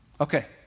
Okay